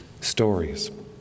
stories